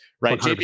right